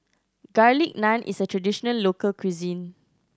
Garlic Naan is a traditional local cuisine